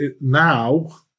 now